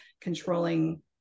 controlling